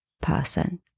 person